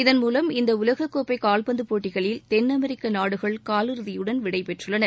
இதன்மூலம் இந்த உலக கோப்பை கால்பந்துப் போட்டிகளில் தென்அமெரிக்க நாடுகள் காலிறுதியுடன் விடைபெற்றுள்ளன